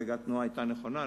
רגע, התנועה היתה נכונה?